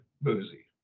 Boozy